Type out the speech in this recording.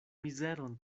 mizeron